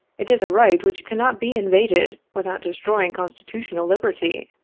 it is a right which cannot be invaded without destroying constitu tional liberty.